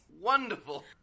wonderful